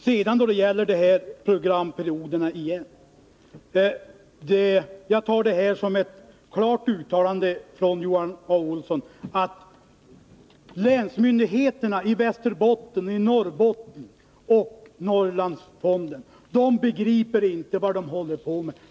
Jag tar Johan Olssons yttrande om programperioderna som ett klart uttalande från hans sida om att länsmyndigheterna i Västerbotten och Norrbotten samt Norrlandsfonden inte begriper vad de håller på med.